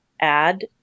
add